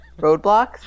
roadblocks